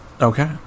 Okay